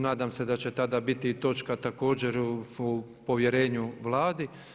Nadam se da će tada biti i točka također o povjerenju Vladi.